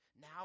now